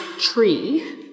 tree